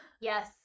Yes